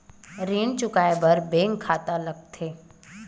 ऋण चुकाए बार बैंक खाता लगथे या नहीं लगाए?